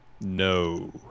No